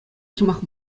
сӑмах